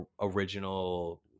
original